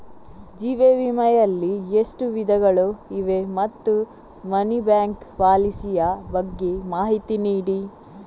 ಜೀವ ವಿಮೆ ಯಲ್ಲಿ ಎಷ್ಟು ವಿಧಗಳು ಇವೆ ಮತ್ತು ಮನಿ ಬ್ಯಾಕ್ ಪಾಲಿಸಿ ಯ ಬಗ್ಗೆ ಮಾಹಿತಿ ನೀಡಿ?